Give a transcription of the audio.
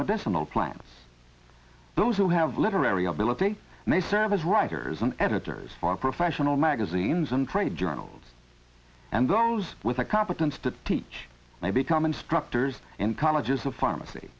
medicinal plants those who have literary ability and they serve as writers and editors for professional magazines and trade journals and those with a competence to teach may become instructors in colleges of pharmacy